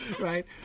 right